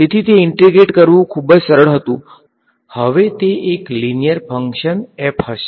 તેથી તે ઈંટેગ્રેટ કરવું ખૂબ જ સરળ હતું હવે તે એક લીનીયર ફંકશન f હશે